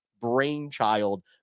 brainchild